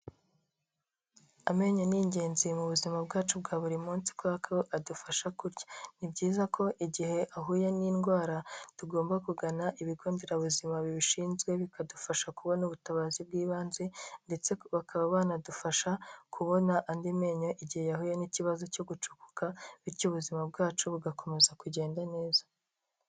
Amenyo ni ingenzi mu buzima bwacu bwa buri munsi kubera ko adufasha kurya. Ni byiza ko igihe ahuye n'indwara tugomba kugana ibigo nderabuzima bibishinzwe bikadufasha kubona ubutabazi bw'ibanze, ndetse bakaba banadufasha kubona andi menyo igihe yahuye n'ikibazo cyo gucukuka. Bityo ubuzima bwacu bugakomeza kugenda neza.